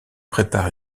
prépare